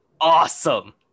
awesome